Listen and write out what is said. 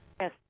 Yes